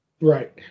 Right